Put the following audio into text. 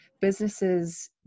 Businesses